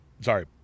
sorry